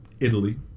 italy